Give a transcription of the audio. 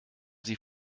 sie